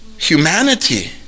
humanity